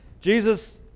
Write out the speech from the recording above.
Jesus